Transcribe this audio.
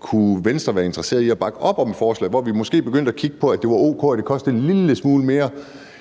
Kunne Venstre være interesseret i at bakke op om et forslag, hvor vi måske begyndte at kigge på, at det var o.k., at det kostede en lille smule mere